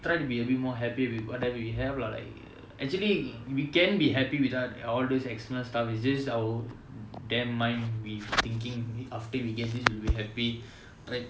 try to be a bit more happy with whatever we have lah like actually we can be happy without all those external stuff is just our damn mind we thinking after we get this we will happy but